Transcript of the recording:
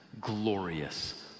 glorious